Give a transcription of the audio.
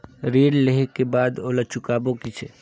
ऋण लेहें के बाद ओला चुकाबो किसे?